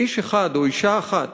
איש אחד או אישה אחת